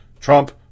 Trump